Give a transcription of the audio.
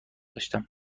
داشتم